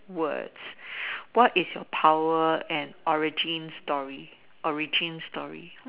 words what is your power and origin story origin story